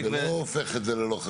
בדיוק, זה לא הופך את זה ללא חשוב.